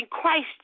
Christ